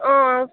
अँ